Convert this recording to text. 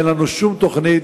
אין לנו שום תוכנית.